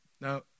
Now